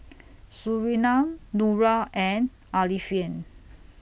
Surinam Nura and Alfian